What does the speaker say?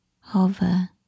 hover